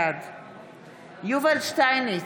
בעד יובל שטייניץ,